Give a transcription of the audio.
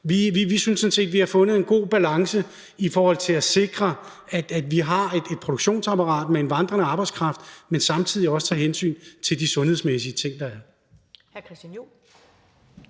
Vi synes sådan set, at vi har fundet en god balance i forhold til at sikre, at vi har et produktionsapparat med en vandrende arbejdskraft, men samtidig også tager hensyn til de sundhedsmæssige ting, der er.